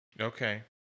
okay